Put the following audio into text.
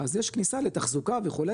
אז יש כניסה לתחזוקה וכו',